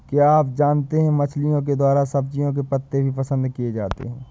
क्या आप जानते है मछलिओं के द्वारा सब्जियों के पत्ते भी पसंद किए जाते है